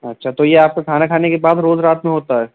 اچھا تو یہ آپ کو کھانا کھانے کے بعد روز رات میں ہوتا ہے